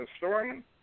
historian